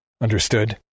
Understood